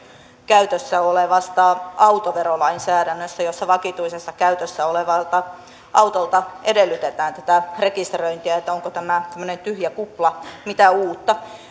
käytössä olevasta autoverolainsäädännöstä jossa vakituisessa käytössä olevalta autolta edellytetään tätä rekisteröintiä onko tämä tämmöinen tyhjä kupla mitä uutta